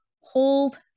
Hold